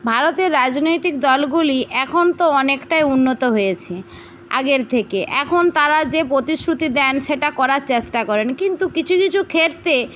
ভারতের রাজনৈতিক দলগুলি এখন তো অনেকটাই উন্নত হয়েছে আগের থেকে এখন তারা যে প্রতিশ্রুতি দেন সেটা করার চেষ্টা করেন কিন্তু কিছু কিছু ক্ষেত্রে